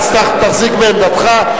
תחזיק בעמדתך,